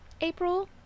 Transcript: April